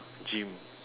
gym